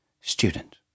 Student